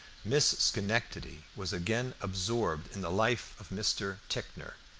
miss schenectady was again absorbed in the life of mr. ticknor.